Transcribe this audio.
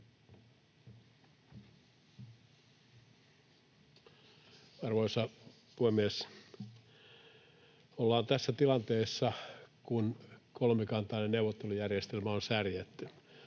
Arvoisa puhemies! Ollaan tässä tilanteessa, kun kolmikantainen neuvottelujärjestelmä on särjetty.